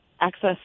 access